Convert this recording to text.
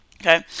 Okay